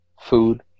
food